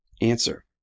answer